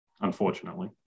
unfortunately